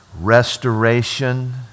restoration